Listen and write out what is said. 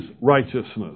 righteousness